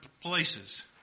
places